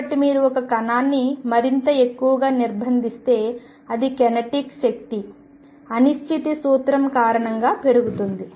కాబట్టి మీరు ఒక కణాన్ని మరింత ఎక్కువగా నిర్బంధిస్తే అది కైనెటిక్ శక్తి అనిశ్చితి సూత్రం కారణంగా పెరుగుతుంది